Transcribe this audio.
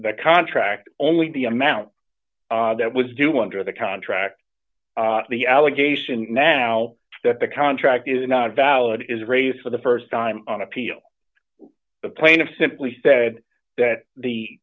the contract only the amount that was do under the contract the allegation now that the contract is not valid is raised for the st time on appeal the plaintiff simply said that the